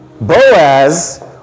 Boaz